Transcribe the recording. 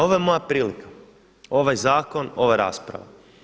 Ovo je moja prilika, ovaj zakon, ova rasprava.